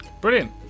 Brilliant